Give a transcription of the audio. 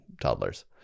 toddlers